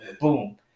Boom